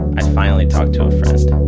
i finally talked to a friend. i